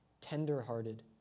tender-hearted